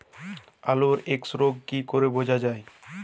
আলুর এক্সরোগ কি করে বোঝা যায়?